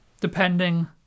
Depending